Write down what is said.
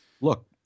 Look